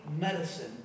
medicine